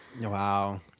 Wow